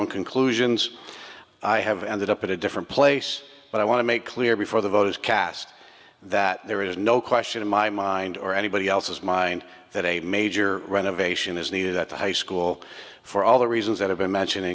own conclusions i have ended up in a different place but i want to make clear before the voters cast that there is no question in my mind or anybody else's mind that a major renovation is needed at the high school for all the reasons that have been mention